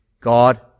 God